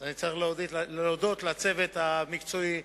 אני רוצה להודות לצוות המקצועי,